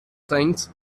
things